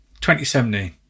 2017